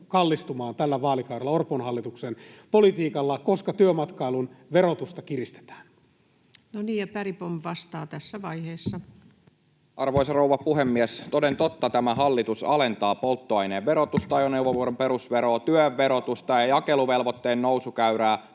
kallistumaan tällä vaalikaudella Orpon hallituksen politiikalla, koska työmatkailun verotusta kiristetään. No niin, Bergbom vastaa tässä vaiheessa. Arvoisa rouva puhemies! Toden totta tämä hallitus alentaa polttoaineen verotusta, ajoneuvoveron perusveroa ja työn verotusta [Antti Kurvinen: Vastatkaa